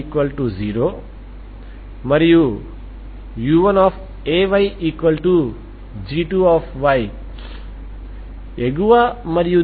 ఇది రియల్ అని సూచిస్తుంది కాబట్టి ఐగెన్ ఫంక్షన్ లు కూడా వాస్తవమైనవి